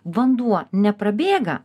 vanduo neprabėga